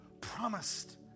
promised